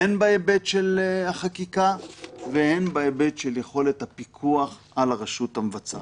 הן בהיבט של החקיקה והן בהיבט של יכולת הפיקוח על הרשות המבצעת.